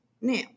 Now